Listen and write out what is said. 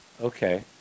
Okay